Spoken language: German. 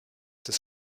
des